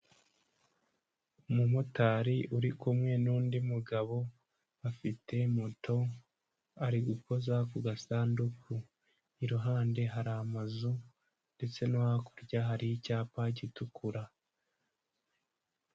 Umumotari uri kumwe nundi mugabo, afite moto ari gukoza ku gasanduku, iruhande hari amazu, ndetse no hakurya hari icyapa gitukura.